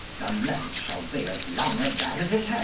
the lent shall bee as long againe as it